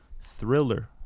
Thriller